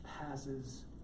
passes